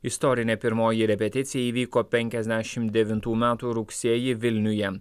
istorinė pirmoji repeticija įvyko penkiasdešim devintų metų rugsėjį vilniuje